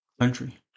country